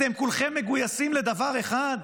אתם כולכם מגויסים לדבר אחד,